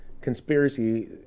conspiracy